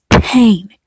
pain